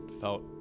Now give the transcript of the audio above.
felt